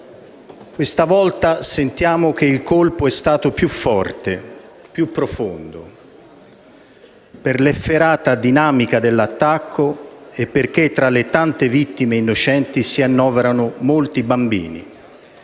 Questa volta sentiamo che il colpo è stato più forte, più profondo. Per l'efferata dinamica dell'attacco o perché tra le vittime innocenti si annoverano molti bambini.